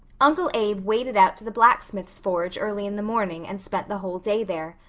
uncle abe waded out to the blacksmith's forge early in the morning and spent the whole day there.